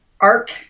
arc